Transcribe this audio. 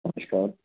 नमस्कार